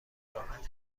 راحت